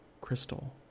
crystal